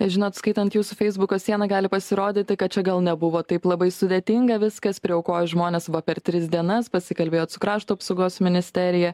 žinot skaitant jūsų feisbuko sieną gali pasirodyti kad čia gal nebuvo taip labai sudėtinga viskas priaukojo žmonės va per tris dienas pasikalbėjot su krašto apsaugos ministerija